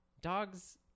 Dogs